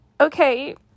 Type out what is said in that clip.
okay